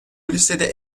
listede